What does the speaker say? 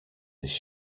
this